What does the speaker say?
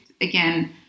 again